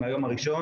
מהיום הראשון